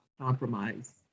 compromise